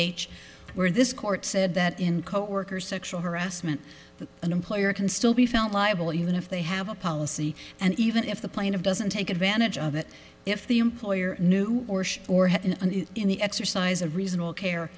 h where this court said that in coworkers sexual harassment an employer can still be found liable even if they have a policy and even if the plane of doesn't take advantage of it if the employer knew or should or had an in the exercise a reasonable care